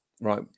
right